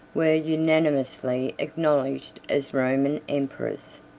were unanimously acknowledged as roman emperors.